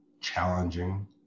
challenging